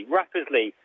rapidly